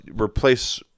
replace